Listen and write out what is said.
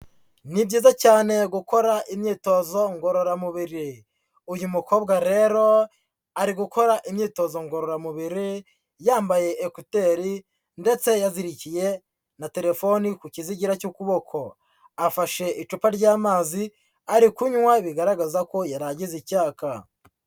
Ni byiza cyane gukora imyitozo ngororamubiri. Uyu mukobwa rero, ari gukora imyitozo ngororamubiri, yambaye ekuteri ndetse yahigikiye na telefone ku kizigira cy'ukuboko. Afashe icupa ry'amazi, ari kunywa bigaragaza ko yaraye agize icyaka.